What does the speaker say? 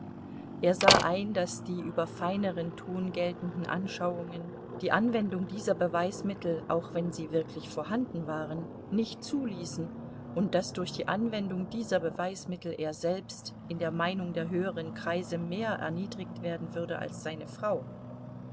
er sah ein daß die über feineren ton geltenden anschauungen die anwendung dieser beweismittel auch wenn sie wirklich vorhanden waren nicht zuließen und daß durch die anwendung dieser beweismittel er selbst in der meinung der höheren kreise mehr erniedrigt werden würde als seine frau